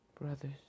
brothers